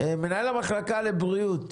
מנהל המחלקה לבריאות